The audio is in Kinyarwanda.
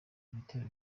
ibitero